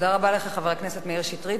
תודה רבה לך, חבר הכנסת מאיר שטרית.